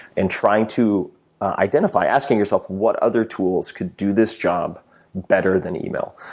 and trying to identify asking yourself what other tools could do this job better than email?